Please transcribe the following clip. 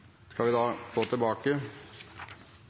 Skal vi